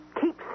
keep